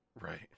Right